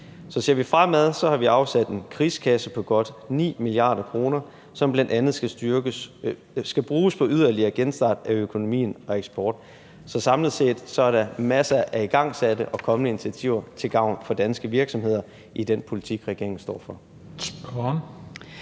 Så ser vi fremad, har vi afsat en krigskasse på godt 9 mia. kr., som bl.a. skal bruges på yderligere genstart af økonomien og eksport. Så samlet set er der masser af igangsatte og kommende initiativer til gavn for danske virksomheder i den politik, regeringen står for.